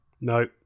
No